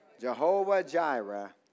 Jehovah-Jireh